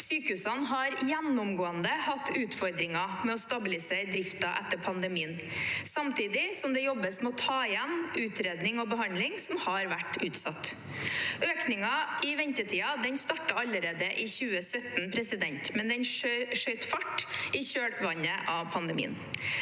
Sykehusene har gjennomgående hatt utfordringer med å stabilisere driften etter pandemien, samtidig som det jobbes med å ta igjen utredning og behandling som har vært utsatt. Økningen i ventetider startet allerede i 2017, men den skjøt fart i kjølvannet av pandemien.